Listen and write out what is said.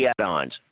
add-ons